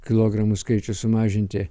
kilogramų skaičių sumažinti